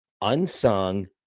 unsung